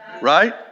Right